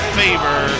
favor